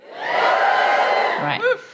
Right